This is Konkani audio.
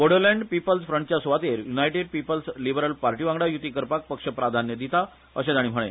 बोडोलँड पीपल्स फ्रंटच्या स्वातेर यूनायटेड पीपल्स लिबरल पार्टीवांगडा यूती करपाक पक्ष प्राधान्य दिता अशे ताणी म्हळे